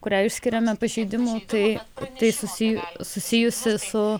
kurią išskiriame pažeidimų tai tai susiję susijusi su